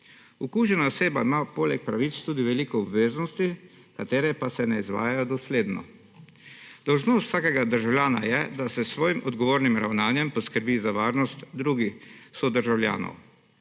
Okužena oseba ima poleg pravic tudi veliko obveznosti, ki pa se ne izvajajo dosledno. Dolžnost vsakega državljana je, da s svojim odgovornim ravnanjem poskrbi za varnost drugih sodržavljanov.